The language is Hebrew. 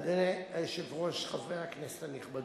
אדוני היושב-ראש, חברי הכנסת הנכבדים,